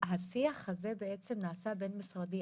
השיח הזה נעשה בין משרדי,